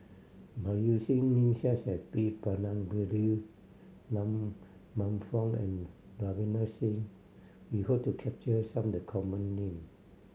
by using names such as P Palanivelu Man Fong and Ravinder Singh we hope to capture some of the common name